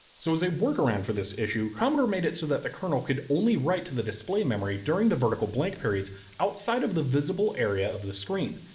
so as a workaround for this issue, commodore made it so that the kernal could only write to the display memory during the vertical blank periods outside of the visible area of the screen.